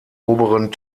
oberen